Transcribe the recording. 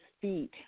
feet